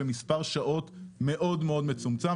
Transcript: במספר שעות מאוד מצומצם.